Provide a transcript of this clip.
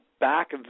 back